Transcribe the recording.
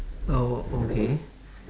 oh okay